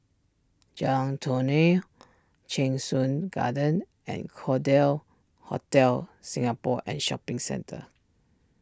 Jalan Tony Cheng Soon Garden and call deal Hotel Singapore and Shopping Centre